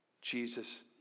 Jesus